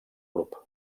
grup